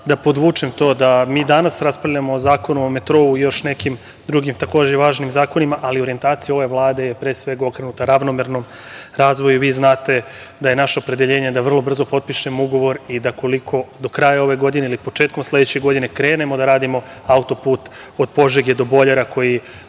da podvučem to da mi danas raspravljamo o zakonu o metrou i još nekim drugim takođe važnim zakonima, ali orijentacija ove Vlade je pre svega okrenuta ravnomernom razvoju. Vi znate da je naše opredeljenje da vrlo brzo potpišemo ugovor i da koliko do kraja ove godine ili početkom sledeće godine krenemo da radimo autoput od Požege do Boljara, koji